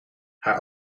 haar